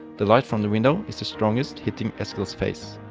the light from the window is the strongest, hitting eskild's face.